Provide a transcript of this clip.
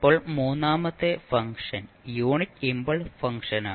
ഇപ്പോൾ മൂന്നാമത്തെ function unit impulse ഫംഗ്ഷനാണ്